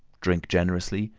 drink generously,